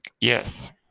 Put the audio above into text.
Yes